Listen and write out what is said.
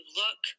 look